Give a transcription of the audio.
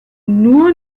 nur